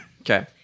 Okay